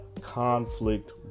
conflict